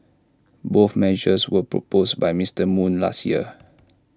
both measures were proposed by Mister moon last year